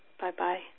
bye-bye